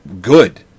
good